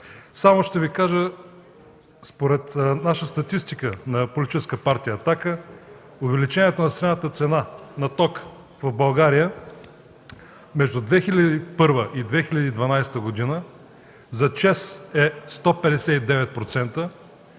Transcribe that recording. Само ще Ви кажа според наша статистика – на политическа партия „Атака”, увеличението на средната цена на тока в България между 2001 г. и 2012 г. за ЧЕЗ е 159%,